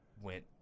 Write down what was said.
went